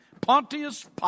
Pontius